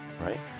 right